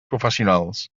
professionals